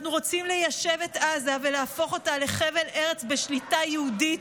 אנחנו רוצים ליישב את עזה ולהפוך אותה לחבל ארץ בשליטה יהודית,